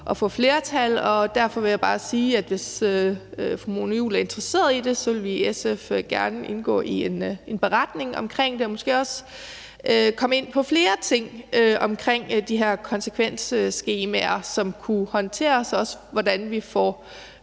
at få flertal, og derfor vil jeg bare sige, at hvis fru Mona Juul er interesseret i det, så vil vi i SF gerne indgå i en beretning om det og måske også være med til at komme ind på flere ting om de her konsekvensskemaer, altså hvordan de kunne håndteres, og hvordan vi får